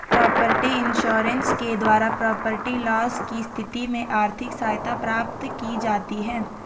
property insurance के द्वारा property loss की स्थिति में आर्थिक सहायता प्राप्त की जाती है